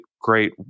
great